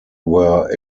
were